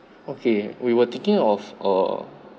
okay we were taking off err